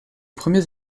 premiers